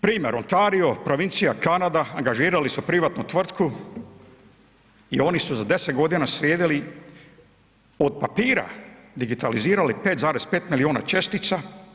Primjer, Ontario, provincija Kanada, angažirali su privatnu tvrtku i oni su za 10 godina slijedili od papira, digitalizirali 5,5 milijuna čestica.